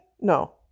No